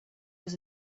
was